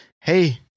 Hey